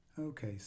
Okay